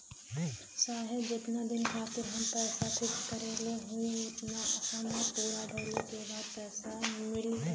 साहब जेतना दिन खातिर हम पैसा फिक्स करले हई समय पूरा भइले के बाद ही मिली पैसा?